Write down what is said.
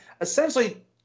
essentially